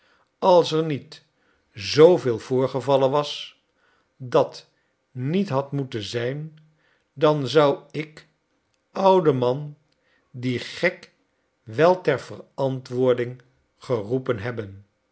als er niet zooveel voorgevallen was dat niet had moeten zijn dan zou ik oude man dien gek wel ter verantwoording geroepen hebben